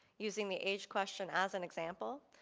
useing the age question as an example,